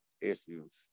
issues